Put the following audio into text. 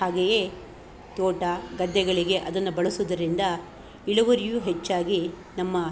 ಹಾಗೆಯೇ ತೋಟ ಗದ್ದೆಗಳಿಗೆ ಅದನ್ನು ಬಳಸೋದರಿಂದ ಇಳುವರಿಯು ಹೆಚ್ಚಾಗಿ ನಮ್ಮ